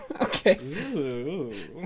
Okay